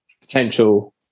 potential